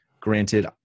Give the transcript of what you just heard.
Granted